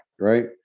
right